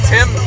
Tim